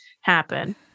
happen